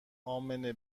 امنه